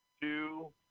two